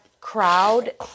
crowd